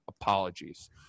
apologies